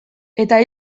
eta